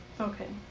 okay.